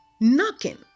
knocking